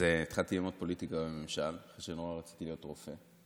התחלתי ללמוד פוליטיקה וממשל אחרי שנורא רציתי להיות רופא,